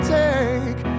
take